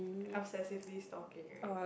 obsessively stalking right